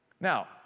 Now